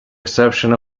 exception